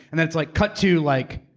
and then it's like cut to like,